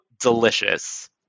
delicious